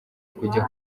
kujya